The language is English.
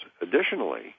Additionally